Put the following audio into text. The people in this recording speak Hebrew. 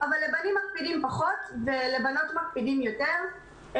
אבל לבנים מקפידים פחות ואילו לבנות מקפידים יותר.